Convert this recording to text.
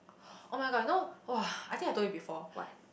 [oh]-my-god you know !wah! I think I told you before